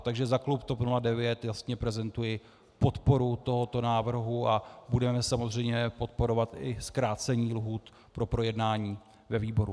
Takže za klub TOP 09 jasně prezentuji podporu tohoto návrhu a budeme samozřejmě podporovat i zkrácení lhůt pro projednání ve výboru.